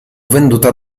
venduta